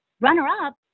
runner-up